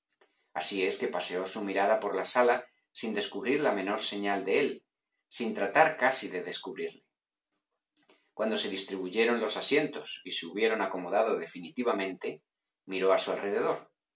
así es que paseó su mirada por la sala sin descubrir la menor señal de él sin tratar casi de descubrirle cuando se distribuyeron los asientos y se hubieron acomodado definitivamente miró a su alrededor